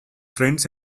friends